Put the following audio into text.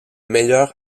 meilleur